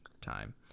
time